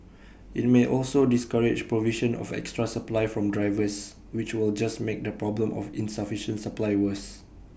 IT may also discourage provision of extra supply from drivers which will just make the problem of insufficient supply worse